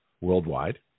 worldwide